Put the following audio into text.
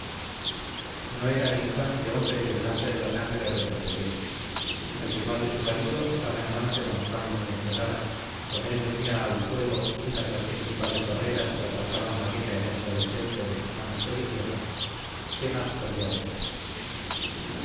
no era el infante hombre que delante de la sangre retrocediese el rival de su valido estaba en manos de don juan núñez de lara con él venía al suelo una de las principales barreras que apartaban la rica herencia del temple de sus manos codiciosas qué más podía desear